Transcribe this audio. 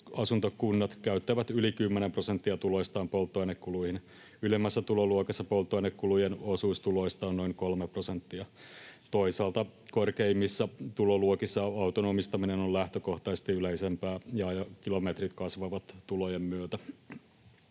asuntokunnat käyttävät yli kymmenen prosenttia tuloistaan polttoainekuluihin, ylimmässä tuloluokassa polttoainekulujen osuus tuloista on noin kolme prosenttia. Toisaalta korkeimmissa tuloluokissa auton omistaminen on lähtökohtaisesti yleisempää ja ajokilometrit kasvavat tulojen myötä.